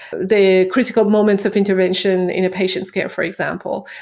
the critical moments of intervention in a patient's care, for example.